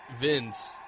vince